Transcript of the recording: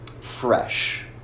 fresh